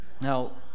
Now